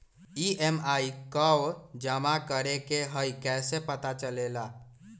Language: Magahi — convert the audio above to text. ई.एम.आई कव जमा करेके हई कैसे पता चलेला?